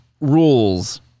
rules